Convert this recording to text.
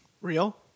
Real